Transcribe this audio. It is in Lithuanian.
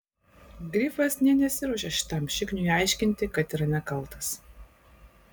grifas nė nesiruošė šitam šikniui aiškinti kad yra nekaltas